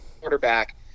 quarterback